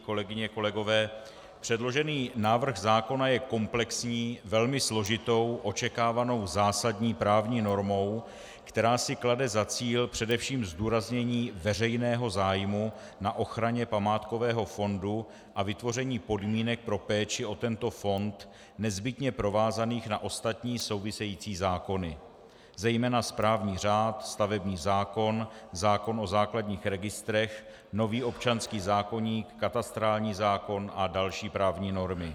Kolegyně a kolegové, předložený návrh zákona je komplexní, velmi složitou očekávanou zásadní právní normou, která si klade za cíl především zdůraznění veřejného zájmu na ochraně památkového fondu a vytvoření podmínek pro péči o tento fond nezbytně provázaných na ostatní související zákony, zejména správní řád, stavební zákon, zákon o základních registrech, nový občanský zákoník, katastrální zákon a další právní normy.